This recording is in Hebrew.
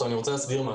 אני רוצה להסביר: